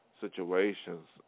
situations